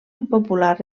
impopular